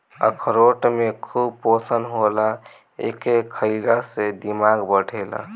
अखरोट में खूब पोषण होला एके खईला से दिमाग बढ़ेला